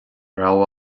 raibh